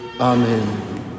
Amen